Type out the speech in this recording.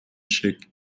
шиг